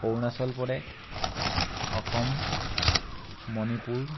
Arunachal Pradesh Assam Manipur